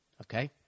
okay